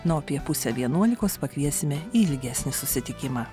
na o apie pusę vienuolikos pakviesime į ilgesnį susitikimą